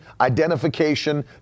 identification